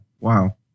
wow